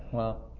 well,